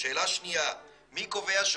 שאלה שנייה, מי קובע,